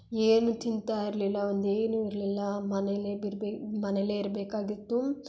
ಏನೂ ತಿಂತಾ ಇರಲಿಲ್ಲ ಒಂದು ಏನೂ ಇರಲಿಲ್ಲ ಮನೆಲ್ಲೇ ಬಿರ್ಬಿ ಮನೆಲ್ಲೇ ಇರಬೇಕಾಗಿತ್ತು